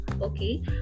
Okay